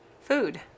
food